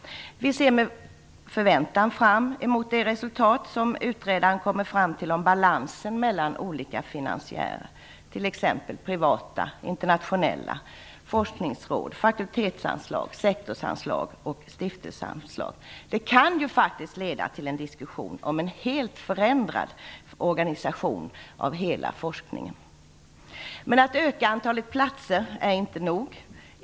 Vi ser med förväntan fram emot det resultat som utredaren kommer fram till om balansen mellan olika finansiärer, t.ex. privata, internationella, forskningsråd, fakultetsanslag, sektorsanslag och stiftelseanslag. Det kan faktiskt leda till en diskussion om en helt förändrad organisation för hela forskningen. Att öka antalet platser är inte nog.